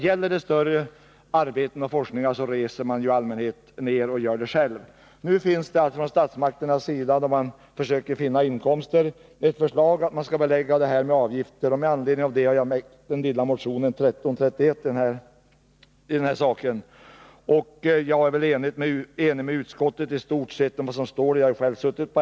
Gäller det ett större arbete eller utförligare forskningar reser man i allmänhet för att själv inhämta uppgifterna. I sina försök att finna inkomster har statsmakterna nu föreslagit att riksarkivet och landsarkiven skall få rätt att ta betalt för svar på skriftliga forskarförfrågningar. Med anledning av det har jag väckt motion 1331. Jag är istort sett överens med utskottet.